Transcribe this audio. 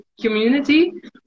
community